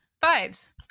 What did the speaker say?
vibes